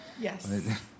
Yes